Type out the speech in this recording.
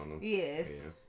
Yes